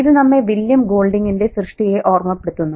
ഇത് നമ്മെ വില്യം ഗോൾഡിംഗിന്റെ സൃഷ്ടിയെ ഓർമ്മപ്പെടുത്തുന്നു